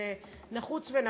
נחוץ ונכון.